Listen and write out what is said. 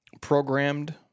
Programmed